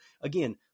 again